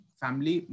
family